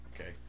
Okay